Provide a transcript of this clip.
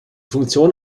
funktion